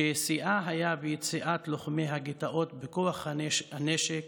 ששיאה היה ביציאת לוחמי הגטאות בכוח הנשק